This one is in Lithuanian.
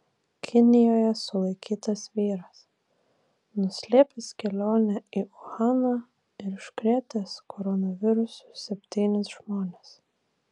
kinijoje sulaikytas vyras nuslėpęs kelionę į uhaną ir užkrėtęs koronavirusu septynis žmones